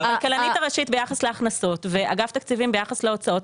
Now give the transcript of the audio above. הכלכלנית הראשית ביחס להכנסת ואגף התקציבים ביחס להוצאות.